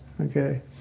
Okay